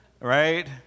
Right